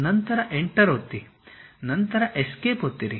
ನಂತರ ಎಂಟರ್ ಒತ್ತಿ ನಂತರ ಎಸ್ಕೇಪ್ ಒತ್ತಿರಿ